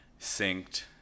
synced